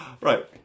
Right